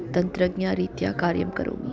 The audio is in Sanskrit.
तन्त्रज्ञानरीत्या कार्यं करोमि